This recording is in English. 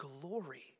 glory